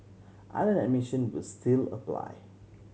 island admission will still apply